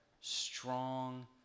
strong